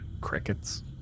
crickets